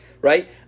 Right